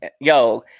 Yo